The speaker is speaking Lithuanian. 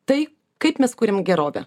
tai kaip mes kuriam gerovę